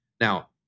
Now